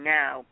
now